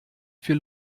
für